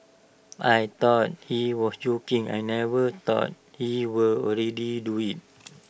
I thought he was joking I never thought he will already do IT